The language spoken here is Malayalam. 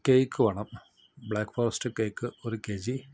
കേക്ക് വേണം ബ്ലാക്ക് ഫോറസ്റ്റ് കേക്ക് ഒരു കെ ജി